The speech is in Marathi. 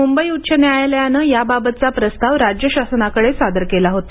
मूंबई उच्च न्यायालयानं याबाबतचा प्रस्ताव राज्य शासनाकडे सादर केला होता